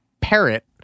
parrot